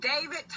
David